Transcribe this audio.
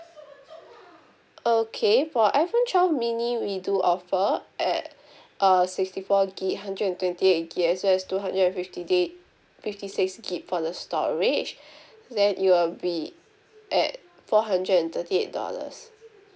okay for iPhone twelve mini we do offer at uh sixty four gig hundred and twenty eight gig as well as two hundred and fifty gig fifty six gig for the storage and it will be at four hundred and thirty eight dollars